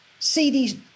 CDs